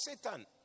Satan